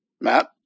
Matt